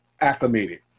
acclimated